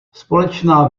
společná